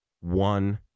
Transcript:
one